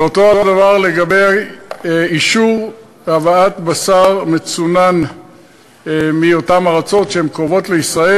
ואותו הדבר לגבי אישור הבאת בשר מצונן מאותן ארצות שהן קרובות לישראל.